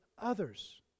others